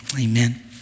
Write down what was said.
Amen